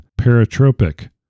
Paratropic